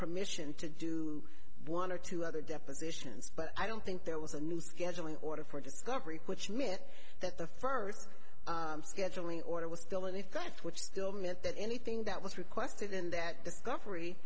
permission to do one or two other depositions but i don't think there was a new scheduling order for discovery which meant that the first scheduling order was still in effect which still meant that anything that was requested in that discovery